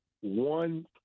one